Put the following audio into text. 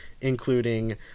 including